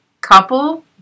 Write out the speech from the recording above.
couple